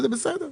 וזה בסדר.